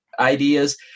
ideas